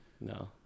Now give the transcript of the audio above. No